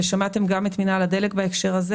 ושמעתם גם את מינהל הדלק בהקשר הזה